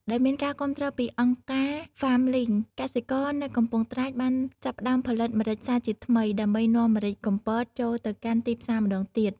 ដោយមានការគាំទ្រពីអង្គការហ្វាមលីង កសិករនៅកំពង់ត្រាច បានចាប់ផ្តើមផលិតម្រេចសាជាថ្មី ដើម្បីនាំម្រេចកំពតចូលទៅកាន់ទីផ្សារម្តងទៀត។